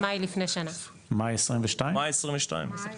במאי שנה שעברה, מאי 2022. בספטמבר.